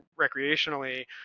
recreationally